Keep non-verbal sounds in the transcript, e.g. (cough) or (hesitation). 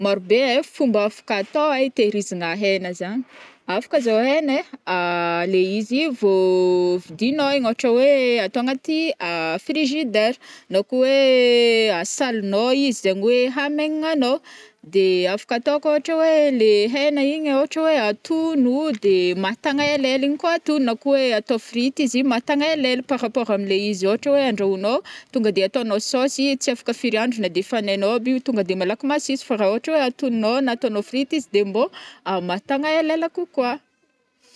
Maro be ai fomba afaka atao ai hiteirizigna hegna zagny, afaka zao hegna ai, (hesitation) le izy vo (hesitation) vidinao igny ôhatra hoe atao agnaty (hesitation) frigidaire, na ko hoe (hesitation) asalignô izy zegny oe hamaignignagnô, de afaka atao koa ôhatra oe le hegna iny ôtra oe atono de mahatagna elaela iny koa atono na koa oe atao frite izy igny mahatagna elaela par rapport amle izy ôhatra hoe andrahognô tonga de ataonao sôsy tsy afaka firy andro na de afanainao aby io tonga de malaky masiso fa ra ôhatra oe atononao na ataonao frite izy de mbô mahatagna elaela kokoa.